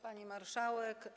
Pani Marszałek!